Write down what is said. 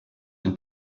and